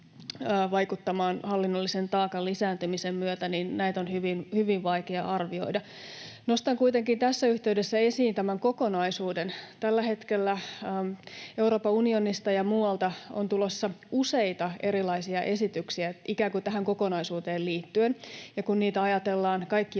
hallinnollisen taakan lisääntymisen myötä, on hyvin vaikea arvioida. Nostan kuitenkin tässä yhteydessä esiin tämän kokonaisuuden. Tällä hetkellä Euroopan unionista ja muualta on tulossa useita erilaisia esityksiä ikään kuin tähän kokonaisuuteen liittyen. Kun ajatellaan niitä